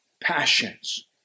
passions